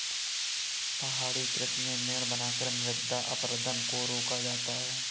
पहाड़ी कृषि में मेड़ बनाकर मृदा अपरदन को रोका जाता है